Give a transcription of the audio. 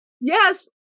yes